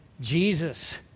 Jesus